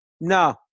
No